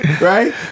Right